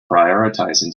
prioritizing